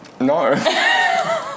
No